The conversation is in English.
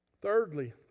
thirdly